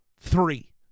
Three